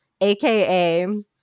aka